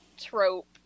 trope